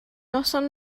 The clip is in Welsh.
noson